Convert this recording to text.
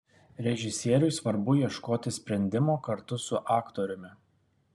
režisieriui svarbu ieškoti sprendimo kartu su aktoriumi